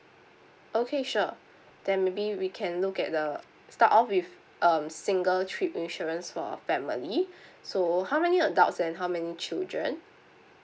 okay sure then maybe we can look at the start off with um single trip insurance for family so how many adults and how many children